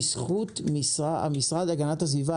בזכות המשרד להגנת הסביבה,